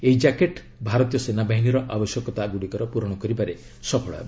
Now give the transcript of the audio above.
ଏହି ଜ୍ୟାକେଟ୍ ଭାରତୀୟ ସେନାବାହିନୀର ଆବଶ୍ୟକତା ପୂରଣ କରିବାରେ ସଫଳ ହେବ